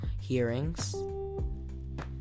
hearings